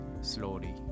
slowly